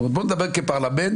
בואו נדבר כפרלמנט.